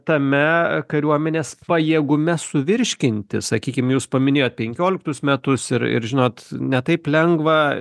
tame kariuomenės pajėgume suvirškinti sakykim jūs paminėjot penkioliktus metus ir ir žinot ne taip lengva